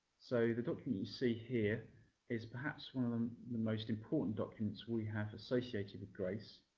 so the document you see here is perhaps one of um the most important documents we have associated with grace.